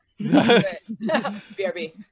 BRB